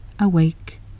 awake